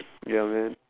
ya man